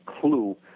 clue